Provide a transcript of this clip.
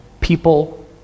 people